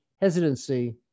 hesitancy